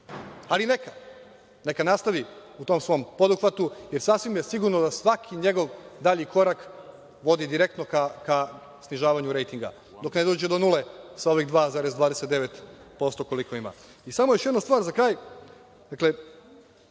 ali neka, neka nastavi u tom svom poduhvatu, jer sasvim je sigurno da svaki njegov dalji korak vodi direktno ka snižavanju rejtinga, dok ne dođe do nule sa ovih 2,29% koliko ima. Samo još jedna stvar za kraj,